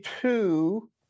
two